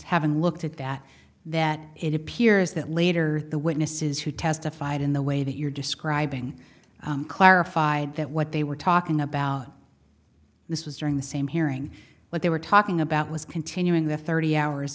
having looked at that that it appears that later the witnesses who testified in the way that you're describing clarify that what they were talking about this was during the same hearing what they were talking about was continuing their thirty hours